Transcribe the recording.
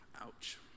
Ouch